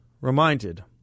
reminded